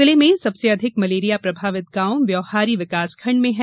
जिले में सबसे अधिक मलेरिया प्रभावित गांव ब्योहारी विकासखण्ड में है